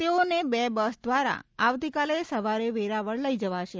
તેઓને બે બસ દ્વારા આવતીકાલે સવારે વેળાવળ લઇ જવાશે